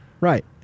right